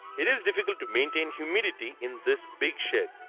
it is difficult to maintain humidity in this big shed.